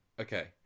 Okay